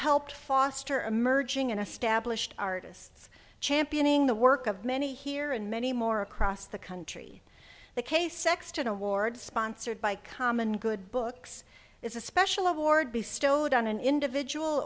helped foster emerging and established artists championing the work of many here and many more across the country the case sexton award sponsored by common good books is a special award be stowed on an individual